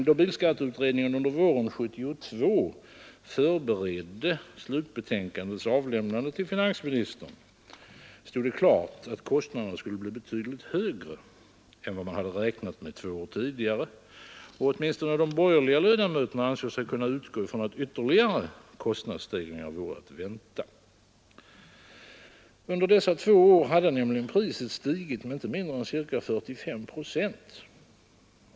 Då bilskatteutredningen under våren 1972 förberedde slutbetänkandets avlämnande till finansministern stod det klart, att kostnaderna skulle bli betydligt högre än man räknat med två år tidigare, och åtminstone de borgerliga ledamöterna i utredningen ansåg sig kunna utgå ifrån att ytterligare kostnadsstegringar vore att vänta. Under dessa två år hade nämligen priset stigit med inte mindre än ca 45 procent.